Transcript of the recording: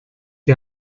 die